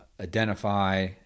identify